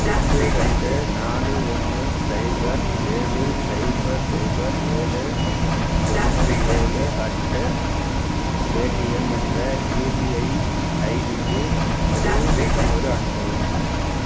எட்டு ரெண்டு நாலு ஒன்று சைபர் ஏழு சைபர் சைபர் ஏழு ஒன்று ஏழு அட்டு பேடிஎம் என்ற யுபிஐ ஐடிக்கு ரூ எட்நூறு அனுப்பவும்